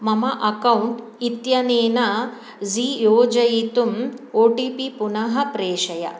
मम अक्कौण्ट् इत्यनेन झी योजयितुम् ओ टि पि पुनः प्रेषय